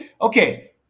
okay